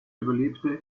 überlebte